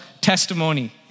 testimony